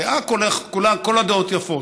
דעה, כל הדעות יפות.